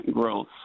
growth